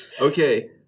Okay